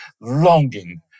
longing